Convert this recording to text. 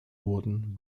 wurden